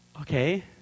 okay